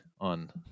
on